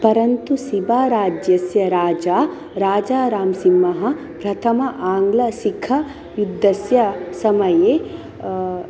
परन्तु सिबा राज्यस्य राजा राजा राम् सिंहः प्रथम आङ्ग्लसिखयुद्धस्य समये